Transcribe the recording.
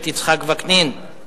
(עבירות של פרסום והצגת תועבה ושל התעללות מינית בקטין או בחסר ישע),